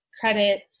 credit